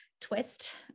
twist